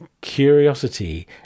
curiosity